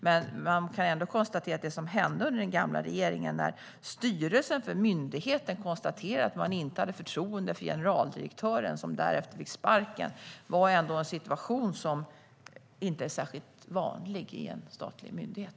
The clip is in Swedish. Men man kan ändå notera att det som hände under den gamla regeringen - när styrelsen för myndigheten konstaterade att man inte hade förtroende för generaldirektören, som därefter fick sparken - var en situation som inte är särskilt vanlig i en statlig myndighet.